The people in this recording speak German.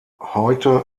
heute